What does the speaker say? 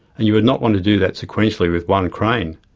and you would not want to do that sequentially with one crane.